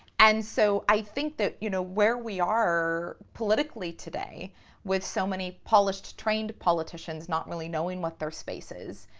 and so i think that, you know, where we are politically today with so many polished, trained politicians not really knowing what their space is,